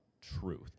truth